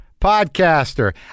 Podcaster